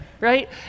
right